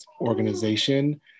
organization